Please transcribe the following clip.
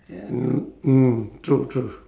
ya mm mm true true